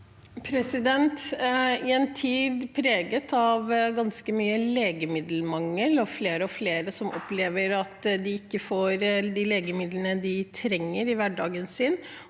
I en tid preget av ganske mye legemiddelmangel og flere og flere som opplever at de ikke får de legemidlene de trenger i hverdagen,